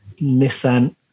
Nissan